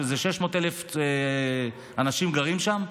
ש-600,000 אנשים גרים שם,